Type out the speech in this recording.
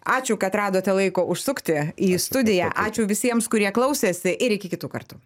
ačiū kad radote laiko užsukti į studiją ačiū visiems kurie klausėsi ir iki kitų kartų